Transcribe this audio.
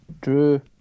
Drew